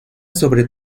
sobre